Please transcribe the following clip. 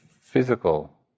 physical